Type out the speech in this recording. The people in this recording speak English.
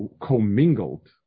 commingled